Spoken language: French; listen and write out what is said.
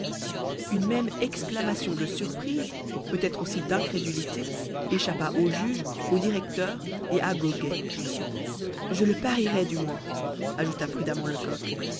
une même exclamation de surprise peut-être aussi d'incrédulité échappa au juge au directeur et à goguet je le parierais du moins ajouta prudemment lecoq le